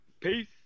Peace